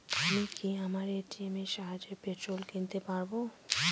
আমি কি আমার এ.টি.এম এর সাহায্যে পেট্রোল কিনতে পারব?